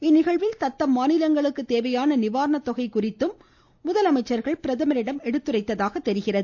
இந்நிகழ்வில் தத்தம் மாநிலங்களுக்கு தேவையான நிவாரணத்தொகை குறித்தும் முதலமைச்சர்கள் பிரதமரிடம் எடுத்துரைத்ததாக தெரிகிறது